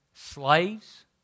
slaves